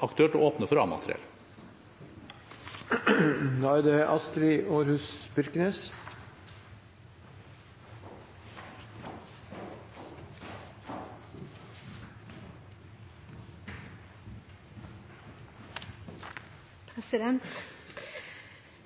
aktuelt å åpne for A-materiell.